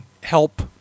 help